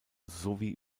sowie